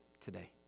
today